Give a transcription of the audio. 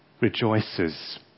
rejoices